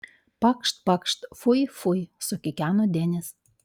pakšt pakšt fui fui sukikeno denis